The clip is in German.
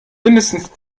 mindestens